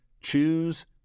choose